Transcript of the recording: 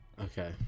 Okay